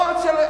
לא רוצה,